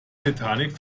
titanic